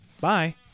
Bye